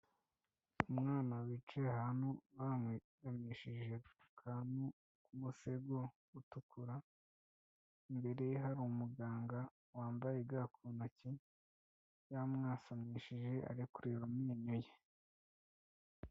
Umwana wicaye ahantu bamwegamishije ku kantu k'umusego utukura, imbere ye hari umuganga wambaye ga ku ntoki, yamwasamishije ari kureba amenyo ye.